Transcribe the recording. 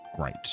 Great